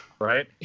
right